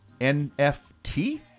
NFT